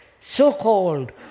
so-called